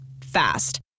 Fast